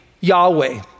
Yahweh